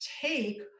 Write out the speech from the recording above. take